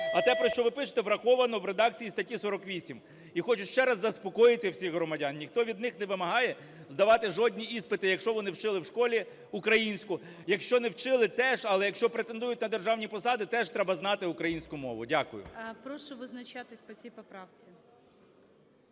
а те, про що ви пишете, враховано в редакції статті 48. І хочу ще раз заспокоїти всіх громадян, ніхто від них не вимагає здавати жодні іспити, якщо вони вчили в школі українську, якщо не вчили, теж. Але якщо претендують на державні посади, теж треба знати українську мову. Дякую. ГОЛОВУЮЧИЙ. Прошу визначатись по цій поправці.